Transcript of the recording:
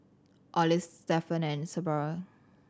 Olive Stephen and Sybilla